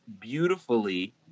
beautifully